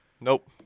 Nope